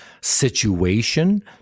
situation